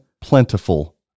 plentiful